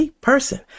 person